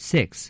Six